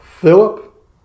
Philip